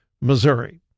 Missouri